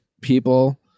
people